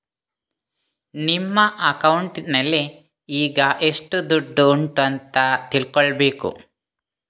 ನಿಮ್ಮ ಅಕೌಂಟಿನಲ್ಲಿ ಈಗ ಎಷ್ಟು ದುಡ್ಡು ಉಂಟು ಅಂತ ತಿಳ್ಕೊಳ್ಬೇಕು